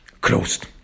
closed